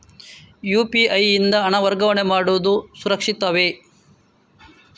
UPI ಯಿಂದ ಹಣ ವರ್ಗಾವಣೆ ಮಾಡುವುದು ಸುರಕ್ಷಿತವೇ?